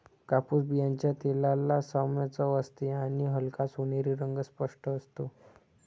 कापूस बियांच्या तेलाला सौम्य चव असते आणि हलका सोनेरी रंग स्पष्ट असतो